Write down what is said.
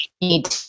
need